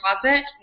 closet